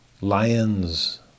lions